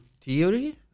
theory